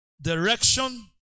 Direction